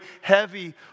heavy